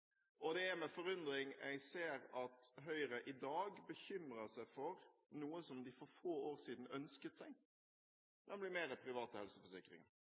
og det er med forundring jeg ser at Høyre i dag bekymrer seg for noe som de for få år siden ønsket seg, nemlig mer private helseforsikringer.